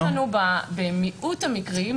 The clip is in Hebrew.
במיעוט המקרים,